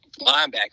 linebacker